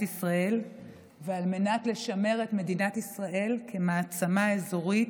ישראל ועל מנת לשמר את מדינת ישראל כמעצמה אזורית,